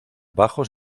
bajos